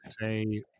say